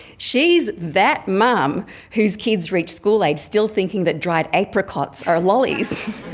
she's that mum whose kids reached school age still thinking that dried apricots are lollies.